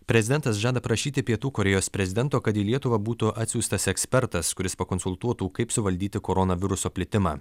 prezidentas žada prašyti pietų korėjos prezidento kad į lietuvą būtų atsiųstas ekspertas kuris pakonsultuotų kaip suvaldyti koronaviruso plitimą